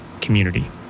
community